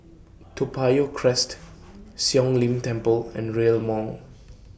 Toa Payoh Crest Siong Lim Temple and Rail Mall